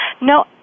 no